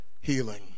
healing